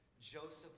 Joseph